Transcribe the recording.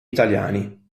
italiani